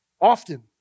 Often